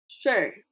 Sure